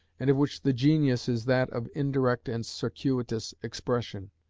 and of which the genius is that of indirect and circuitous expression,